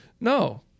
No